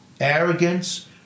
arrogance